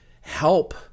help